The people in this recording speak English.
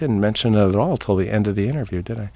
didn't mention of it all till the end of the interview today